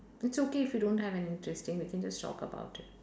it's okay if you don't have any interesting we can just talk about it